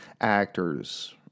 actors